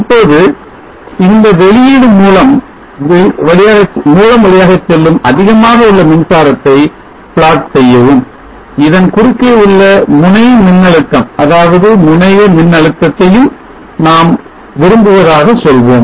இப்போது இந்த வெளியீடு மூலம் வழியாக செல்லும் அதிகமாக உள்ள மின்சாரத்தை plot செய்யவும் இதன் குறுக்கே உள்ள முனை மின்னழுத்தம் அதாவது முனைய மின் அழுத்தத்தையும் நாம் விரும்புவதாக சொல்வோம்